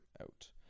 out